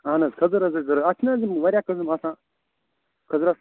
اَہَن حظ کھٔزٕر حظ چھِ ضروٗرت اَتھ چھِ نا حظ یِم وارِیاہ قٕسٕم آسان کھٔزرس